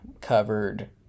covered